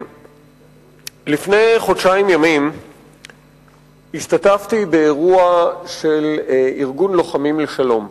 לפני חודשיים ימים השתתפתי באירוע של ארגון "לוחמים לשלום",